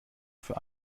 für